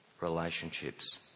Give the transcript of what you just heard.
relationships